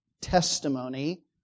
testimony